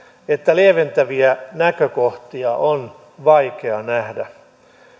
että lieventäviä näkökohtia on vaikea nähdä